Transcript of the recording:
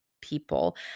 people